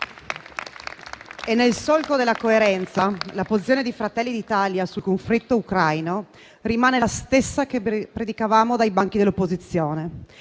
Nel solco della coerenza, la posizione di Fratelli d'Italia sul conflitto ucraino rimane la stessa che predicavamo dai banchi dell'opposizione.